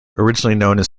originally